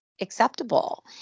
acceptable